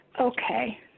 Okay